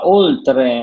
oltre